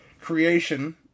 Creation